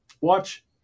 Watch